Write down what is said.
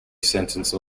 sentence